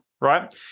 right